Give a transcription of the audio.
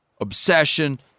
obsession